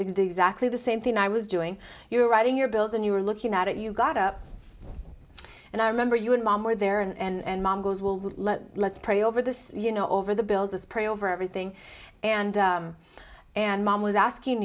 exactly the same thing i was doing you were writing your bills and you were looking at it you got up and i remember you and mom were there and mom goes will let let's pray over this you know over the bills is pray over everything and and mom was asking